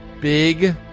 big